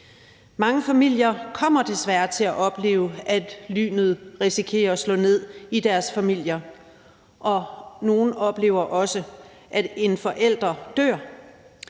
Mange familier kommer desværre til at opleve, at lynet slår ned i deres familier, og nogle oplever også, at en forælder dør.